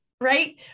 right